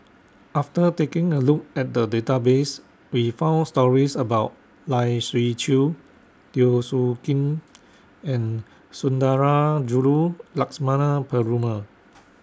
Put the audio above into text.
after taking A Look At The Database We found stories about Lai Siu Chiu Teo Soon Kim and Sundarajulu Lakshmana Perumal